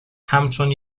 همچون